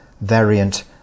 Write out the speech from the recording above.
variant